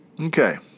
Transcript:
Okay